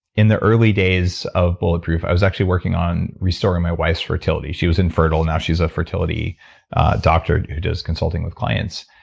in the early days of bulletproof, i was actually working on restoring my wife's fertility. she was infertile, now she's a fertility doctor who does consulting with clients.